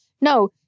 No